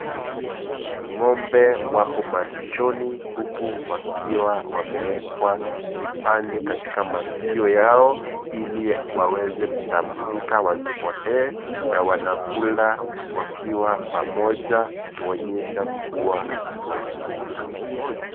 Ng'ombe wapo malishoni huku wakiwa wameekwa vipande katika masikio yao ili waweze kutambulika wasipotee na wanakula wakiwa pamoja kuonyesha kuwa wapo na umoja.